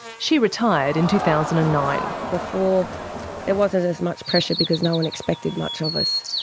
she retired in two thousand and nine. before there wasn't as much pressure because no one expected much of us.